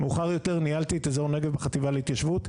מאוחר יותר ניהלתי את אזור נגב בחטיבה להתיישבות,